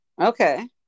Okay